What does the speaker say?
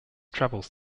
travels